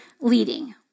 leading